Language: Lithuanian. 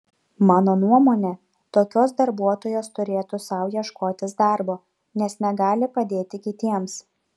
mano nuomone tokios darbuotojos turėtų sau ieškotis darbo nes negali padėti kitiems